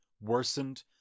worsened